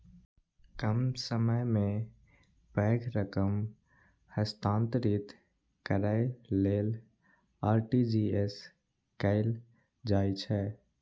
कम समय मे पैघ रकम हस्तांतरित करै लेल आर.टी.जी.एस कैल जाइ छै